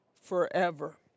forever